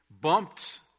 bumped